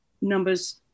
numbers